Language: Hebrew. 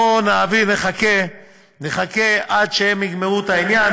בואו נחכה עד שהם יגמרו את העניין.